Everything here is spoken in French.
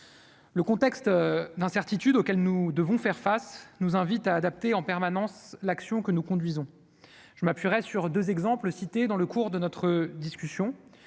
le contexte d'incertitude auquel nous devons faire face nous invite à adapter en permanence l'action que nous conduisons je m'appuierai sur 2 exemples cités dans le cours de notre discussion